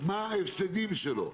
מה ההפסדים שלו,